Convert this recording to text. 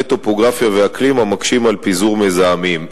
טופוגרפיה ואקלים המקשים על פיזור מזהמים.